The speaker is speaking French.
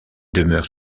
demeurent